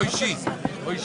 (היו"ר ינון אזולאי,